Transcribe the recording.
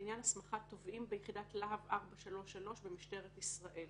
לעניין הסמכת תובעים ביחידת להב 433 במשטרת ישראל